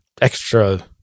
extra